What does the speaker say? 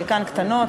חלקן קטנות,